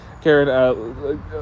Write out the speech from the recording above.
Karen